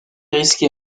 risqué